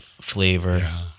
flavor